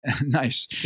Nice